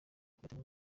byatumye